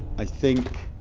i think